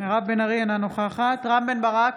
אינה נוכחת רם בן ברק,